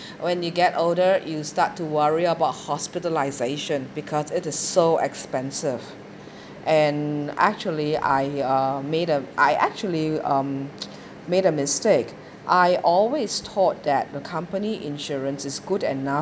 when you get older you start to worry about hospitalisation because it is so expensive and actually I uh made a I actually um made a mistake I always thought that the company insurance is good enough